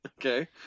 okay